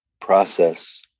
process